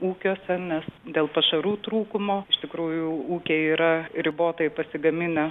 ūkiuose nes dėl pašarų trūkumo iš tikrųjų ūkiai yra ribotai pasigamina